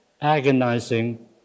agonizing